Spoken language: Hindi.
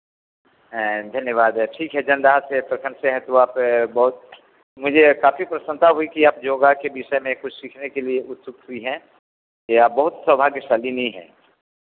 धन्यवाद ठीक है जनदाहा से है प्रखण्ड से हैं तो आप बहुत मुझे काफ़ी प्रसन्नता हुई की आप योग के विषय में कुछ सीखने के लिए उत्सुक हुई हैं यह बहुत सौभाग्यशालिनी हैं